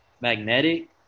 magnetic